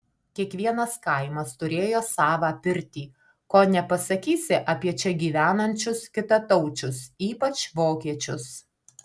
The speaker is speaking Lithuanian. kiekvienas kaimas turėjo savą pirtį ko nepasakysi apie čia gyvenančius kitataučius ypač vokiečius